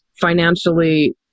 financially